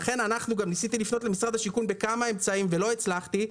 ניסיתי לפנות למשרד השיכון בכמה אמצעים ולא הצלחתי.